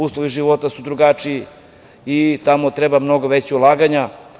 Uslovi života su drugačiji i tamo treba mnogo veća ulaganja.